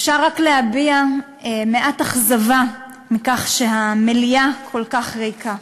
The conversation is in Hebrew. אפשר רק להביע מעט אכזבה מכך שהמליאה כל כך ריקה.